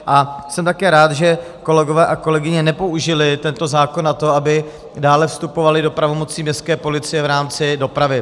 A jsem také rád, že kolegové a kolegyně nepoužili tento zákon na to, aby dále vstupovali do pravomocí městské policie v rámci dopravy.